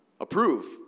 approve